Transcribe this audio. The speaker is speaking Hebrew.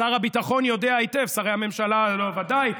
שר הביטחון יודע היטב, שרי הממשלה ודאי.